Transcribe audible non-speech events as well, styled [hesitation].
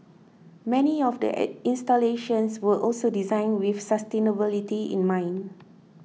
many of the [hesitation] installations were also designed with sustainability in mind